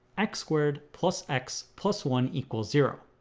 x squared plus x plus one equals zero